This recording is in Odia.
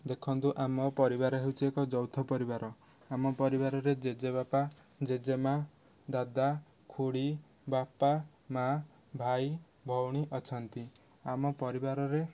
ଦେଖନ୍ତୁ ଆମ ପରିବାର ହେଉଛି ଏକ ଯୌଥ ପରିବାର ଆମ ପରିବାରରେ ଜେଜେବାପା ଜେଜେମାଆ ଦାଦା ଖୁଡ଼ୀ ବାପା ମାଆ ଭାଇ ଭଉଣୀ ଅଛନ୍ତି ଆମ ପରିବାରରେ